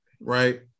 right